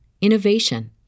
innovation